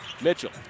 Mitchell